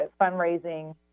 fundraising